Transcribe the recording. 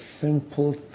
simple